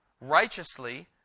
righteously